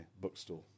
bookstore